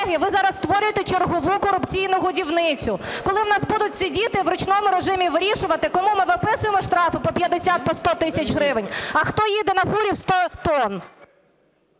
Колеги, ви зараз створюєте чергову корупційну годівницю, коли в нас будуть сидіти, в ручному режимі вирішувати кому ми виписуємо штрафи по 50, по 100 тисяч гривень, а хто їде на фурі в 100 тонн.